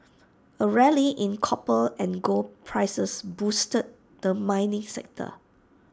A rally in copper and gold prices boosted the mining sector